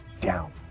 down